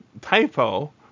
typo